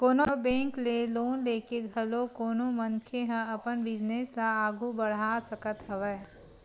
कोनो बेंक ले लोन लेके घलो कोनो मनखे ह अपन बिजनेस ल आघू बड़हा सकत हवय